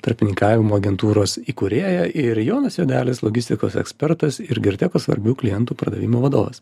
tarpininkavimo agentūros įkūrėja ir jonas juodelis logistikos ekspertas ir girtekos svarbių klientų pardavimų vadovas